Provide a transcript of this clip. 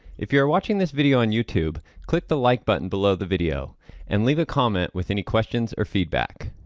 if you're watching this video on youtube click the like button below the video and leave a comment with any questions or feedback.